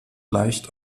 leicht